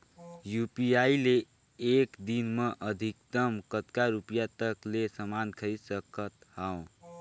UPI ले एक दिन म अधिकतम कतका रुपिया तक ले समान खरीद सकत हवं?